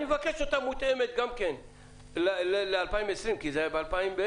אני מבקש אותה מותאמת ל-2020, כי זה היה ב-2018.